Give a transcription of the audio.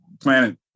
planet